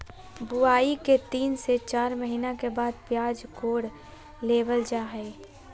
बुआई के तीन से चार महीना के बाद प्याज कोड़ लेबल जा हय